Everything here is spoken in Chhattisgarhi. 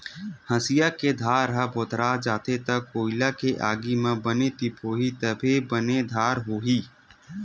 हँसिया के धार ह भोथरा जाथे त कोइला के आगी म बने तिपोही तभे बने धार होही